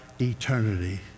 eternity